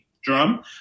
drum